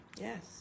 Yes